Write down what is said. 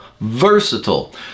versatile